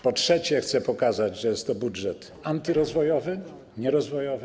Po trzecie, chcę pokazać, że jest to budżet antyrozwojowy, nierozwojowy.